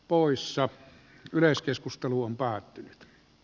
poissa yleiskeskusteluun päätti